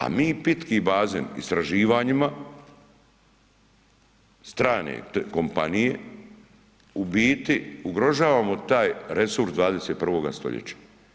A mi pitki bazen istraživanjima, strane kompanije u biti ugrožavamo taj resurs 21. stoljeća.